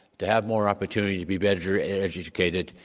to have more opportunity, to be better educated,